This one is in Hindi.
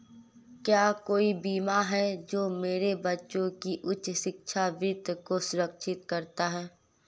क्या कोई बीमा है जो मेरे बच्चों की उच्च शिक्षा के वित्त को सुरक्षित करता है?